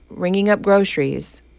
ringing up groceries.